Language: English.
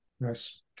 Nice